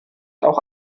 auch